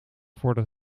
voordat